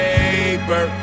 Paper